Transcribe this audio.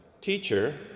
Teacher